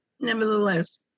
nevertheless